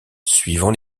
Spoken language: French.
suivant